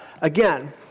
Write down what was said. Again